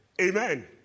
Amen